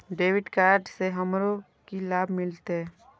Credit card से हमरो की लाभ मिलते?